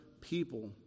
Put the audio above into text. people